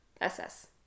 SS